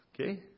Okay